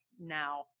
now